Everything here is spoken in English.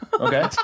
Okay